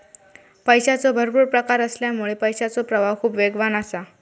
पैशाचे भरपुर प्रकार असल्यामुळा पैशाचो प्रवाह खूप वेगवान असा